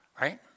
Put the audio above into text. Right